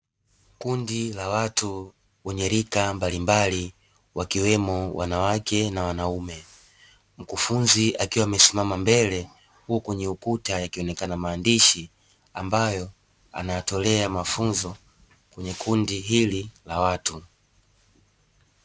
Kundi la watu wenye rika mbalimbali wakiwemo wanawake na wanaume, mkufunzi akiwa amesimama mbele huku kwenye ukuta yakionekana maandishi ambayo anayatolea mafunzo kwenye kundi hili la watu.